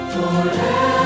Forever